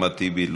אחמד טיבי,